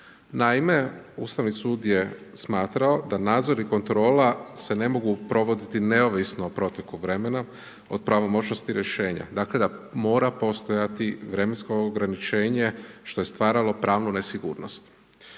Naime, Ustavni sud je smatrao da nadzor i kontrola se ne mogu provoditi neovisno o proteku vremena od pravomoćnosti rješenja, dakle da mora postojati vremensko ograničenje što je stvaralo pravnu nesigurnost.